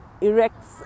erects